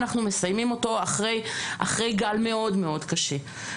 אנחנו מסיימים אותו אחרי גל מאוד קשה.